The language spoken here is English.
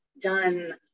done